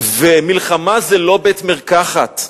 ומלחמה זה לא בית-מרקחת.